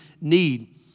need